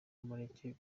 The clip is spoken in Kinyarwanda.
mureke